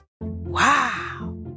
Wow